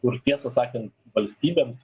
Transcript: kur tiesą sakan valstybėms